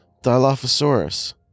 Dilophosaurus